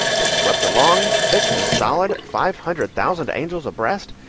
it swept along, thick and solid, five hundred thousand angels abreast,